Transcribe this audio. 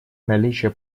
наличие